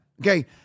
Okay